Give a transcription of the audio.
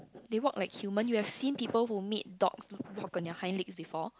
they walk like human you've seen people who made dog walk on their hind legs before